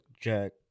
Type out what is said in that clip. jack